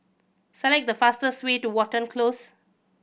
select the fastest way to Watten Close